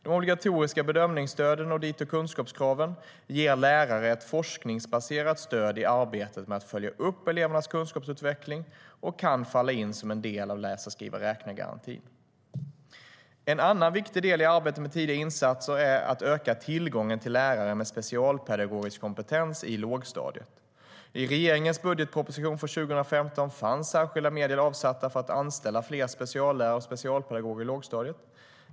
De obligatoriska bedömningsstöden och dito kunskapskraven ger lärare ett forskningsbaserat stöd i arbetet med att följa upp elevernas kunskapsutveckling och kan falla in som en del av läsa-skriva-räkna-garantin. En annan viktig del i arbetet med tidiga insatser är att öka tillgången till lärare med specialpedagogisk kompetens i lågstadiet. I regeringens budgetproposition för 2015 fanns särskilda medel avsatta för att anställa fler speciallärare och specialpedagoger i lågstadiet.